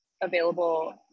available